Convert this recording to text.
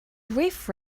riff